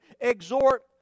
exhort